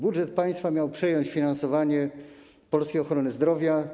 Budżet państwa miał przejąć finansowanie polskiej ochrony zdrowia.